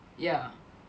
ya